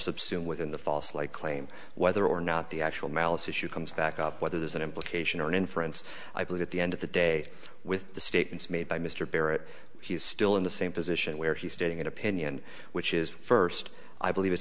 subsume within the false like claim whether or not the actual malice issue comes back up whether there's an implication or an inference i believe at the end of the day with the statements made by mr barrett he is still in the same position where he's stating an opinion which is first i believe it's